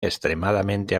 extremadamente